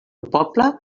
poble